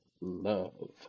Love